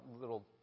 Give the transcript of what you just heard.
little